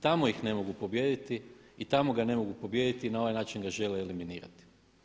Tamo ih ne mogu pobijediti i tamo ga ne mogu pobijediti i na ovaj način ga žele eliminirati.